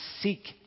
seek